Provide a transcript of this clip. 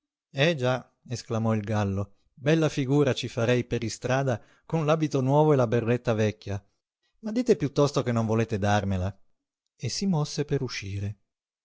eh già esclamò il gallo bella figura ci farei per istrada con l'abito nuovo e la berretta vecchia ma dite piuttosto che non volete darmela e si mosse per uscire